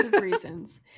reasons